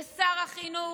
ושר החינוך,